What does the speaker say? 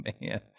man